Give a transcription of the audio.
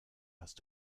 hast